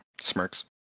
Smirks